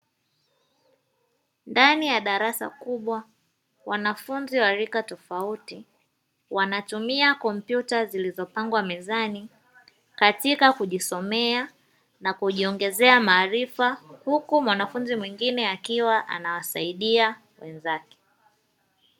Ndani ya darasa kubwa wanafunzi wa rika tofauti wanatumia kompyuta zilizopo mezani katika kujisomea na kujiongezea maarifa, huku mwanafunzi mwingine wakiwa anawasaidia wenzake.